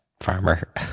farmer